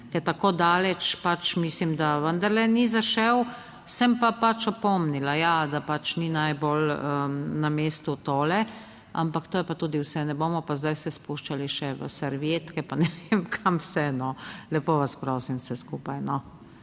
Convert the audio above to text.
tako daleč pač mislim, da vendarle ni zašel. Sem pa pač opomnila, ja, da pač ni najbolj na mestu tole, ampak to je pa tudi vse. Ne bomo pa zdaj se spuščali še v servietke, pa ne vem kam vse no, lepo vas prosim vse skupaj